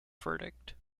verdict